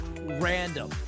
random